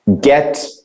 get